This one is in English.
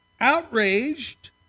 outraged